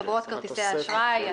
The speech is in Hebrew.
חברות כרטיסי אשראי,